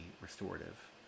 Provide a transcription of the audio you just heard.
restorative